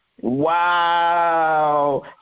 Wow